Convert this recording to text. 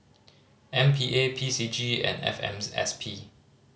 M P A P C G and F M S P